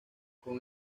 con